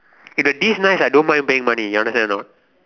if the dish nice I don't mind paying money you understand or not